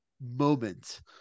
moment